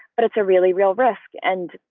but it's a really real risk. and,